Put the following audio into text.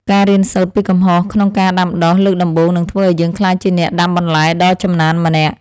ការរៀនសូត្រពីកំហុសក្នុងការដាំដុះលើកដំបូងនឹងធ្វើឱ្យយើងក្លាយជាអ្នកដាំបន្លែដ៏ចំណានម្នាក់។